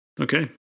Okay